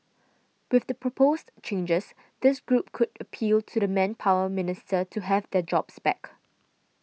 with the proposed changes this group could appeal to the Manpower Minister to have their jobs back